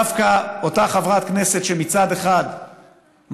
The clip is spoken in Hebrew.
דווקא אותה חברת כנסת שמצד אחד מרשה